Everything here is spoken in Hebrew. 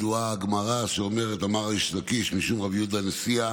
וידועה הגמרא שאומרת: "אמר ריש לקיש משום רבי יהודה נשיאה